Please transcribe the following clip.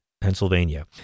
Pennsylvania